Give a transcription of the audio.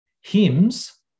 Hymns